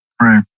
Right